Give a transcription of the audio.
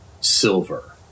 silver